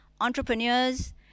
entrepreneurs